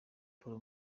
paul